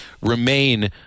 remain